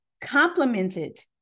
complemented